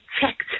checked